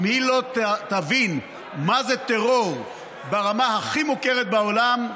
אם היא לא תבין מה זה טרור ברמה הכי מוכרת בעולם,